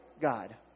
God